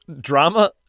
Drama